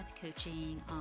Coaching